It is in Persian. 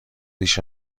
ریش